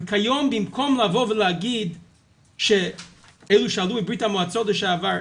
והיום במקום לבוא ולהגיד שאלה שעלו מבריה"מ לשעבר,